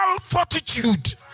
fortitude